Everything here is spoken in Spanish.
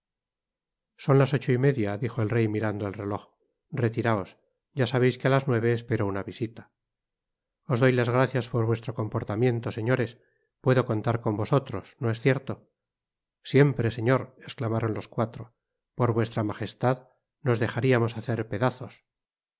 son las ocho y media dijo el rey mirando el reloj retiraos ya sabeis que á las nueve espero una visita os doy las gracias por vuestro comportamiento señores puedo contar con vosotros no es cierto siempre señor esclamaron los cuatro por vuestra magestad nos dejariamos hacer pedazos